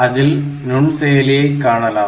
அதில் நுண்செயலியை காணலாம்